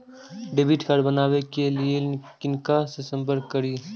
Debit card बनावे के लिए किनका से संपर्क करी?